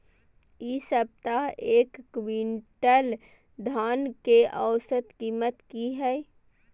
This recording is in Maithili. इ सप्ताह एक क्विंटल धान के औसत कीमत की हय?